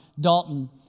Dalton